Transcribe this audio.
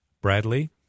Bradley